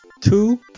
Two